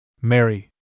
Mary